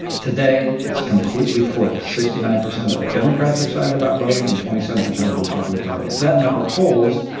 today it's completely flipped. sixty-nine percent of democrats are excited about voting, and twenty seven percent of republicans are. if that number holds,